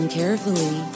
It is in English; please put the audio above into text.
carefully